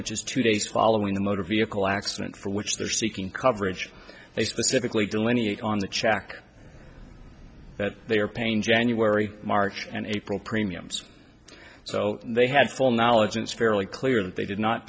which is two days following the motor vehicle accident for which they're seeking coverage they specifically delineate on the check that they are pain january march and april premiums so they have full knowledge it's fairly clear that they did not